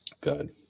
Good